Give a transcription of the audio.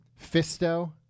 Fisto